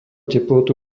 teplotu